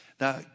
Now